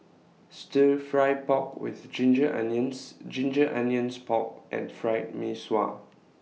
Stir Fry Pork with Ginger Onions Ginger Onions Pork and Fried Mee Sua